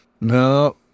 No